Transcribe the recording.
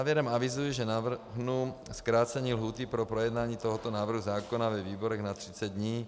Závěrem avizuji, že navrhnu zkrácení lhůty pro projednání tohoto návrhu zákona ve výborech na 30 dní.